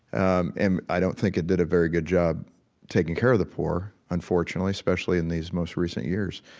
um and i don't think it did a very good job taking care of the poor, unfortunately, especially in these most recent years.